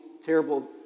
terrible